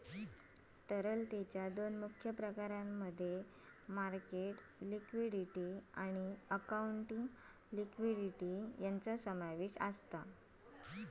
तरलतेच्या दोन मुख्य प्रकारांमध्ये मार्केट लिक्विडिटी आणि अकाउंटिंग लिक्विडिटी यांचो समावेश आसा